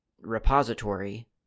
repository